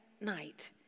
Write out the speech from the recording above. night